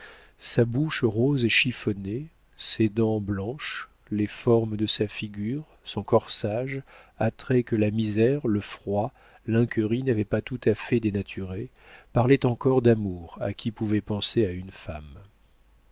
sa bouche rose et chiffonnée ses dents blanches les formes de sa figure son corsage attraits que la misère le froid l'incurie n'avaient pas tout à fait dénaturés parlaient encore d'amour à qui pouvait penser à une femme